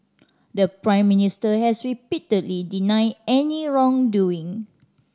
the Prime Minister has repeatedly denied any wrongdoing